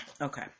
Okay